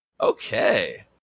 Okay